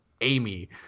Amy